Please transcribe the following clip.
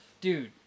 Dude